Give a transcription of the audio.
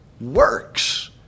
works